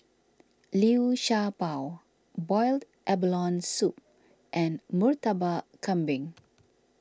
Liu Sha Bao Boiled Abalone Soup and Murtabak Kambing